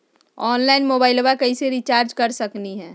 Online मोबाइलबा कैसे recharge कर सकलिए है?